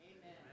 Amen